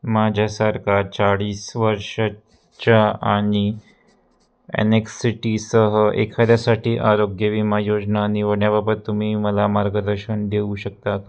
माझ्यासारखा चाळीस वर्षाच्या आणि एनेक्सिटीसह एखाद्यासाठी आरोग्य विमा योजना निवडण्याबाबत तुम्ही मला मार्गदर्शन देऊ शकता का